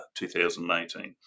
2018